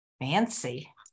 Fancy